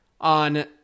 on –